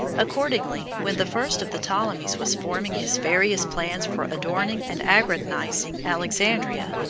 accordingly, when the first of the ptolemies was forming his various plans for adorning and aggrandizing alexandria,